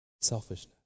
Selfishness